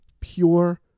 pure